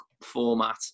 format